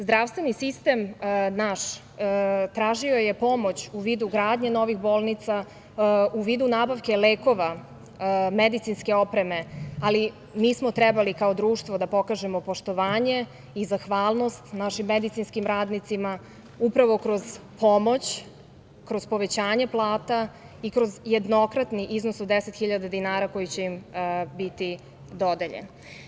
Zdravstveni sistem naš tražio je pomoć u vidu gradnje novih bolnica, u vidu nabavke lekova, medicinske opreme, ali mi smo trebali kao društvo da pokažemo poštovanje i zahvalnost našim medicinskim radnicima upravo kroz pomoć, kroz povećanje plata i kroz jednokratni iznos od 10 hiljada dinara koji će im biti dodeljen.